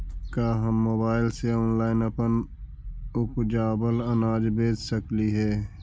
का हम मोबाईल से ऑनलाइन अपन उपजावल अनाज बेच सकली हे?